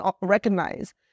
recognize